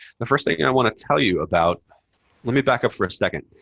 the first thing i want to tell you about let me back up for a second.